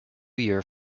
year